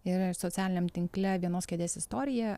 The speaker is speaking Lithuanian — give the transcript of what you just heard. ir socialiniame tinkle vienos kėdės istorija